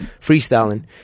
freestyling